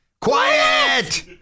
Quiet